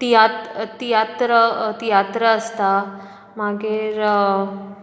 तियत्र तियात्र तियात्रां आसतात मागीर आ